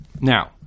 now